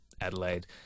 Adelaide